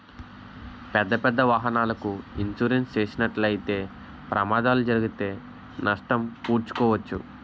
పెద్దపెద్ద వాహనాలకు ఇన్సూరెన్స్ చేసినట్లయితే ప్రమాదాలు జరిగితే నష్టం పూడ్చుకోవచ్చు